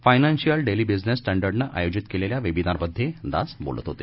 financial daily business स्टॅडंडनं आयोजित केलेल्या वेबिनार मध्ये दास बोलत होते